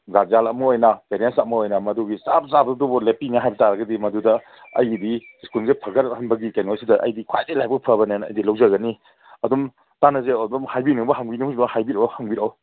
guardian ꯑꯃ ꯑꯣꯏꯅ parents ꯑꯃ ꯑꯣꯏꯅ ꯃꯗꯨꯒꯤ ꯆꯞꯆꯥꯕ ꯑꯗꯨꯕꯨ ꯂꯦꯞꯄꯤꯅꯤ ꯍꯥꯏꯕꯇꯥꯔꯒꯗꯤ ꯃꯗꯨꯗ ꯑꯩꯒꯤꯗꯤ ꯁ꯭ꯀꯨꯜꯁꯦ ꯐꯒꯠꯍꯟꯕꯒꯤ ꯀꯩꯅꯣꯁꯤꯗ ꯑꯩꯗꯤ ꯈ꯭ꯋꯥꯏꯗꯩ ꯂꯥꯏꯕꯛ ꯐꯕꯅꯦꯅ ꯑꯩꯗꯤ ꯂꯧꯖꯒꯅꯤ ꯑꯗꯨꯝ ꯇꯥꯅꯁꯦ ꯑꯗꯨꯝ ꯍꯥꯏꯕꯤꯅꯤꯡꯕ ꯍꯪꯕꯤꯅꯤꯡꯕ ꯍꯥꯏꯕꯤꯔꯛꯑꯣ ꯍꯪꯕꯤꯔꯛꯑꯣ